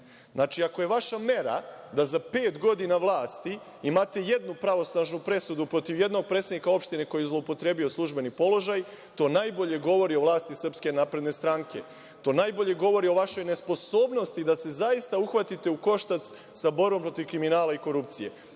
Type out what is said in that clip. vlasti. Ako je vaša mera da za pet godina vlasti imate jednu pravosnažnu presudu protiv jednog predsednika opštine koji je zloupotrebio službeni položaj, to najbolje govori o vlasti SNS, to najbolje govori o vašoj nesposobnosti da se zaista uhvatite u koštac sa borbom protiv kriminala i korupcije.